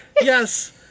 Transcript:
Yes